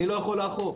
אני לא יכול לאכוף